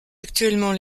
actuellement